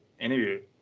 interview